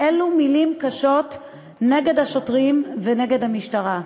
אילו מילים קשות נגד השוטרים ונגד המשטרה.